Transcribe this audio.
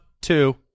two